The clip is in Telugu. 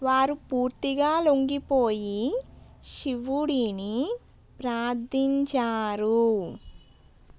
వారు పూర్తిగా లొంగిపోయి శివుడిని ప్రార్థించారు